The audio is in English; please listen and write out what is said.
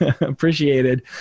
appreciated